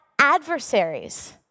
adversaries